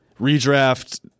Redraft